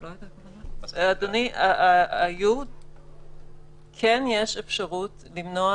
אדוני, כן יש אפשרות למנוע